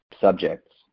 subjects